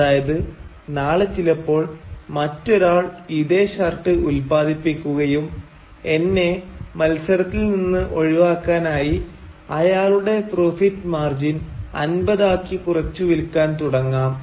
അതായത് നാളെ ചിലപ്പോൾ മറ്റൊരാൾ ഇതേ ഷർട്ട് ഉത്പാദിപ്പിക്കുകയും എന്നെ മത്സരത്തിൽ നിന്ന് ഒഴിവാക്കാനായി അയാളുടെ പ്രോഫിറ്റ് മാർജിൻ 50 ആക്കി കുറച്ചു വിൽക്കാൻ തുടങ്ങാം